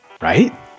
Right